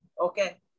Okay